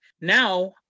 Now